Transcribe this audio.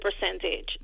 percentage